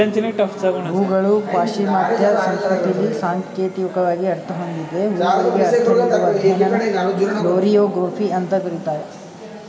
ಹೂಗಳು ಪಾಶ್ಚಿಮಾತ್ಯ ಸಂಸ್ಕೃತಿಲಿ ಸಾಂಕೇತಿಕ ಅರ್ಥ ಹೊಂದಿವೆ ಹೂಗಳಿಗೆ ಅರ್ಥ ನೀಡುವ ಅಧ್ಯಯನನ ಫ್ಲೋರಿಯೊಗ್ರಫಿ ಅಂತ ಕರೀತಾರೆ